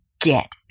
get